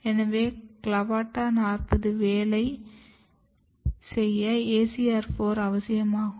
எனவே CLAVATA 40 வேலை செய்ய ACR 4 அவசியமாகும்